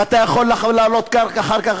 ואתה יכול לעלות אחר כך,